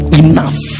enough